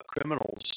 criminals